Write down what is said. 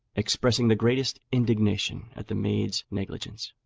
expressing the greatest indignation at the maid's negligence.